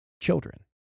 children